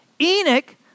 Enoch